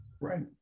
right